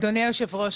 אדוני היושב-ראש,